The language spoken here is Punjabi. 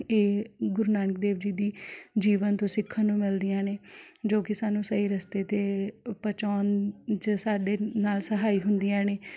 ਇਹ ਗੁਰੂ ਨਾਨਕ ਦੇਵ ਜੀ ਦੀ ਜੀਵਨ ਤੋਂ ਸਿੱਖਣ ਨੂੰ ਮਿਲਦੀਆਂ ਨੇ ਜੋ ਕਿ ਸਾਨੂੰ ਸਹੀ ਰਸਤੇ 'ਤੇ ਪਹੁੰਚਾਉਣ 'ਚ ਸਾਡੇ ਨਾਲ਼ ਸਹਾਈ ਹੁੰਦੀਆਂ ਨੇ